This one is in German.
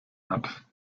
hat